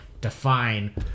define